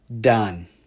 done